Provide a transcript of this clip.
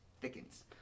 thickens